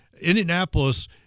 Indianapolis